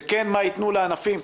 וכן מה יתנו לענפים,